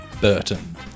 Burton